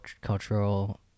cultural